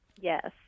Yes